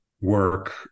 work